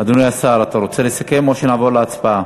אדוני השר, אתה רוצה לסכם או שנעבור להצבעה?